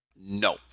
No